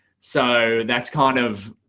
so that's kind of